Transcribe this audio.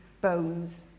bones